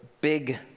big